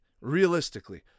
Realistically